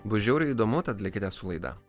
bus žiauriai įdomu tad likite su laida